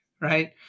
right